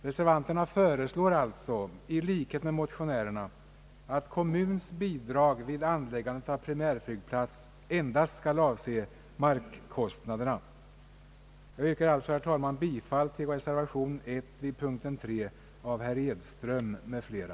Reservanterna föreslår alltså, i likhet med motionärerna, att kommuns bidrag vid anläggande av primärflygplats enbart skall avse markkostnaderna. Jag yrkar, herr talman, bifall till reservation 1 vid punkten III av herr Edström m.fl.